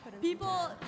People